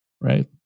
right